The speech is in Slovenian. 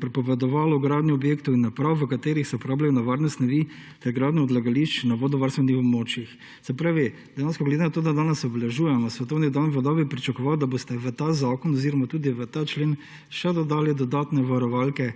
prepovedovala gradnja objektov in naprav, v katerih se uporabljajo nevarne snovi, ter gradnja odlagališč na vodovarstvenih območjih. Se pravi, dejansko glede na to, da danes obeležujemo svetovni dan voda, bi pričakoval, da boste v ta zakon oziroma tudi v ta člen še dodali dodatne varovalke,